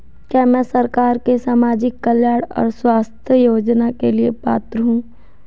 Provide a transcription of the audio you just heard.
क्या मैं सरकार के सामाजिक कल्याण और स्वास्थ्य योजना के लिए पात्र हूं?